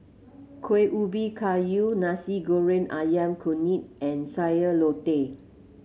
Kueh Ubi Kayu Nasi Goreng ayam Kunyit and Sayur Lodeh